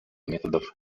методов